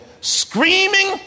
screaming